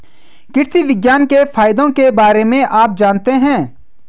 कृषि विज्ञान के फायदों के बारे में आप जानते हैं?